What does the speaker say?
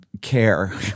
care